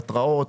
התראות,